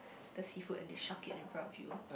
the seafood and they chuck it in front of you